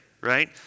right